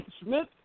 Smith